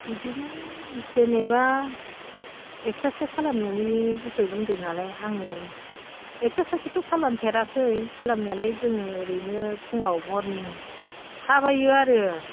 बिदिनो जेनोबा एक्सारसाइस खालामनायनि बिखय बुंदोंनालाय आङो एक्सारसाइसखौथ' खालामफेराखै खालामनाया जोङो ओरैनो फुङाव मर्निं थाबायो आरो